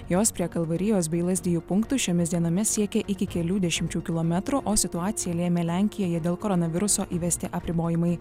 jos prie kalvarijos bei lazdijų punktų šiomis dienomis siekė iki kelių dešimčių kilometrų o situaciją lėmė lenkijoje dėl koronaviruso įvesti apribojimai